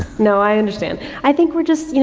no, i understand. i think we're just, you